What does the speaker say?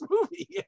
movie